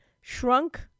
shrunk